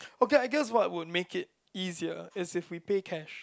okay I guess what would make it easier is if we pay cash